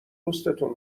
دوستون